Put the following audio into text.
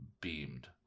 beamed